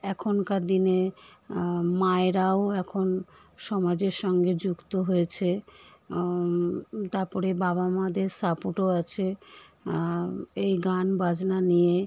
এখনকার দিনে মায়েরাও এখন সমাজের সঙ্গে যুক্ত হয়েছে তারপরে বাবা মাদের সাপোর্টও আছে এই গান বাজনা নিয়ে